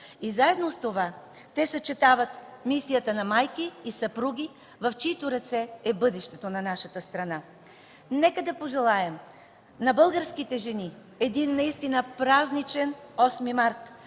И заедно с това, те съчетават мисията на майки и съпруги в чиито ръце е бъдещето на нашата страна. Нека да пожелаем на българските жени един наистина празничен 8 март